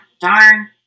Darn